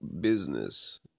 business